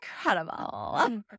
incredible